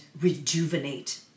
rejuvenate